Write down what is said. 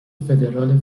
فدرال